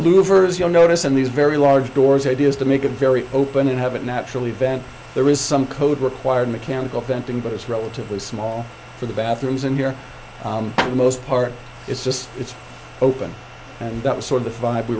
louvers your notice in these very large doors ideas to make a very open and have it natural event there is some code required mechanical fencing but it's relatively small for the bathrooms and here the most part it's just it's open and that was sort of the five we